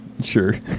Sure